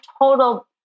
total